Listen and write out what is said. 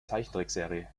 zeichentrickserie